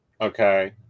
Okay